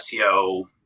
SEO